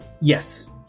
Yes